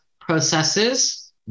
processes